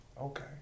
Okay